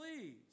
please